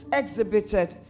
exhibited